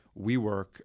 WeWork